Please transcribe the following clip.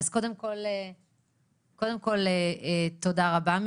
קודם כל תודה רבה.